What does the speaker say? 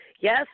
Yes